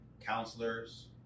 counselors